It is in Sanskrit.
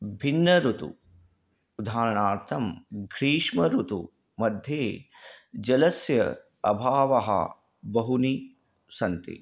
भिन्नऋतुः उदाहरणार्थं ग्रीष्मर्ऋतोः मध्ये जलस्य अभावः बहु सन्ति